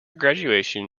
graduation